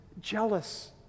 jealous